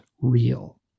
real